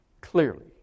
clearly